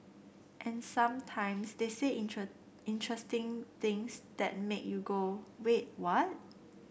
and sometimes they say interesting things that make you go wait what